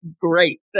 great